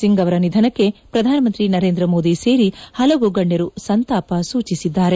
ಸಿಂಗ್ ಅವರ ನಿಧನಕ್ಕೆ ಪ್ರಧಾನಮಂತ್ರಿ ನರೇಂದ್ರ ಮೋದಿ ಸೇರಿ ಪಲವು ಗಣ್ಣರು ಸಂತಾಪ ಸೂಚಿಸಿದ್ದಾರೆ